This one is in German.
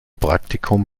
praktikum